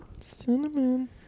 Cinnamon